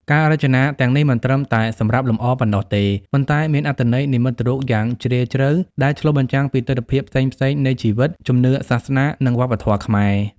ការរចនាទាំងនេះមិនត្រឹមតែសម្រាប់លម្អប៉ុណ្ណោះទេ ប៉ុន្តែមានអត្ថន័យនិមិត្តរូបយ៉ាងជ្រាលជ្រៅ ដែលឆ្លុះបញ្ចាំងពីទិដ្ឋភាពផ្សេងៗនៃជីវិត ជំនឿសាសនា និងវប្បធម៌ខ្មែរ។